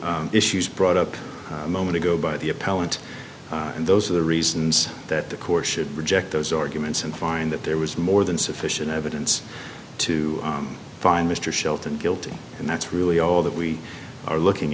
issues brought up a moment ago by the appellant and those are the reasons that the court should reject those arguments and find that there was more than sufficient evidence to find mr shelton guilty and that's really all that we are looking